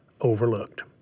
overlooked